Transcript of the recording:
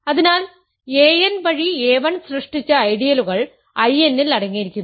അതിനാൽ an വഴി a1 സൃഷ്ടിച്ച ഐഡിയലുകൾ I n ൽ അടങ്ങിയിരിക്കുന്നു